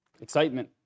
excitement